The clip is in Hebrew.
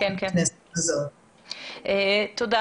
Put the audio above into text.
תודה.